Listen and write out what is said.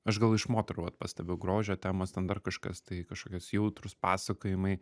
aš gal iš moterų vat pastebiu grožio temos ten dar kažkas tai kažkokios jautrūs pasakojimai